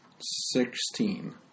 Sixteen